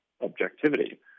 objectivity